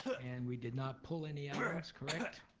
and, we did not pull any items, correct?